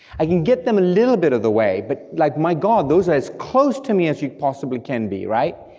i can get them a little bit of the way, but like my god, those are as close to me as you possibly can be, right,